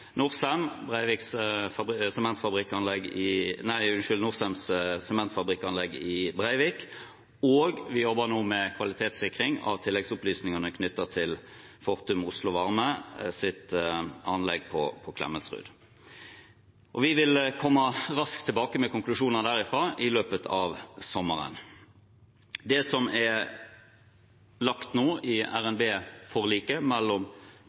til tidligere, Norcems sementfabrikkanlegg i Brevik, og vi jobber nå med kvalitetssikring av tilleggsopplysningene knyttet til Fortum Oslo Varmes anlegg på Klemetsrud. Vi vil komme raskt tilbake med konklusjoner derfra, i løpet av sommeren. Det som nå er lagt i RNB-forliket mellom